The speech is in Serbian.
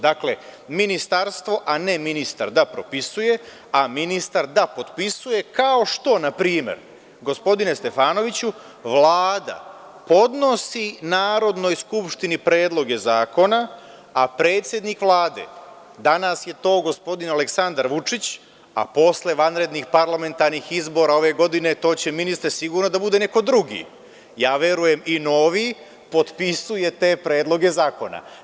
Dakle, ministarstvo a ne ministar da propisuje, a ministar da potpisuje, kao što na primer, gospodine Stefanoviću, Vlada podnosi Narodnoj skupštini predloge zakona, a predsednik Vlade, danas je to gospodin Aleksandar Vučić, a posle vanrednih parlamentarnih izbora ove godine to će ministre sigurno da bude neko drugi, verujem i novi, potpisuje te predloge zakona.